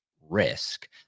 risk